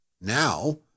now